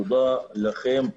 תודה לכם,